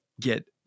get